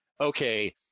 okay